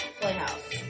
Playhouse